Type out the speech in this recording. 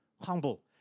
humble